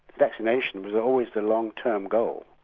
vaccination was always the long-term goal.